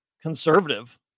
conservative